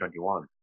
2021